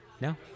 no